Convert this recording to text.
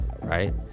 right